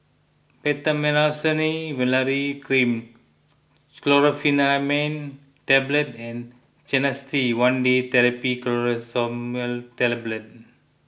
Betamethasone Valerate Cream Chlorpheniramine Tablets and Canesten one Day therapy Clotrimazole Tablet